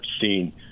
seen